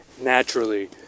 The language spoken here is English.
naturally